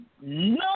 no